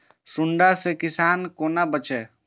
सुंडा से किसान कोना बचे?